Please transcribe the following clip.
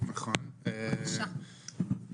מתי ייעשה הלאה ואיך.